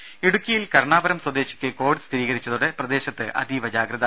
രുര ഇടുക്കിയിൽ കരുണാപുരം സ്വദേശിക്ക് കോവിഡ് സ്ഥിരീകരിച്ചതോടെ പ്രദേശത്ത് അതീവ ജാഗ്രത